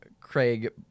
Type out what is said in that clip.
Craig